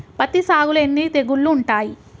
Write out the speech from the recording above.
పత్తి సాగులో ఎన్ని తెగుళ్లు ఉంటాయి?